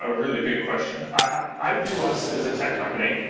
ah really big question. i view us as a tech company,